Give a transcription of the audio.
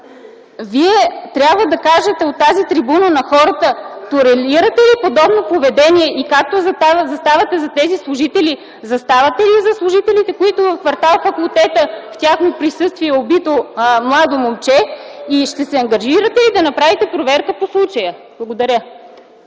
Вие трябва да кажете от тази трибуна на хората - толерирате ли подобно поведение? Както заставате зад тези служители, заставате ли и зад служителите в кв. „Факултета”, в присъствието на които е убито младо момче? Ще се ангажирате ли да направите проверка по случая? Благодаря.